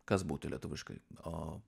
kas būtų lietuviškai o